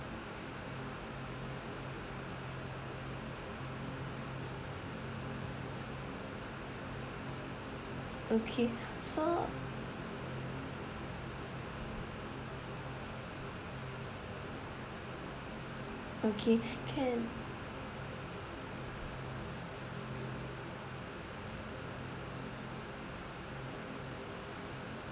okay so okay can